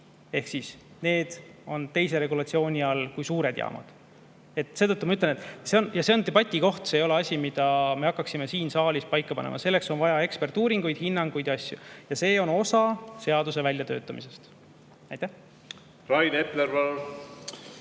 Need on teise regulatsiooni all kui suured jaamad. Seetõttu ma ütlen, et see on debati koht. See ei ole asi, mida me hakkaksime siin saalis paika panema. Selleks on vaja eksperdiuuringuid, ‑hinnanguid ja asju ja see on osa seaduse väljatöötamisest. Rain Epler,